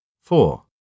Four